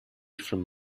from